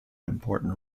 important